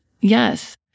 Yes